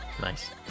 nice